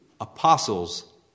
apostles